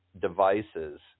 devices